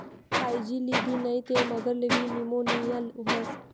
कायजी लिदी नै ते मगरलेबी नीमोनीया व्हस